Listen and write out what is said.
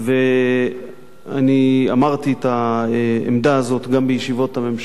אני הצגתי את העמדה הזאת גם בישיבות הממשלה